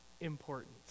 importance